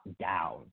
down